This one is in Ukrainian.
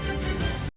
Дякую,